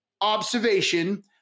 observation